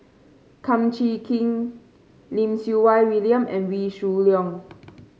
Kum Chee Kin Lim Siew Wai William and Wee Shoo Leong